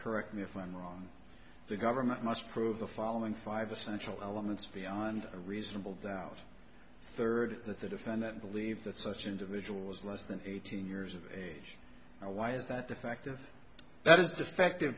correct me if i'm wrong the government must prove the following five essential elements beyond a reasonable doubt third that the defendant believe that such individuals less than eighteen years of age or why is that the factor that i